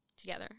together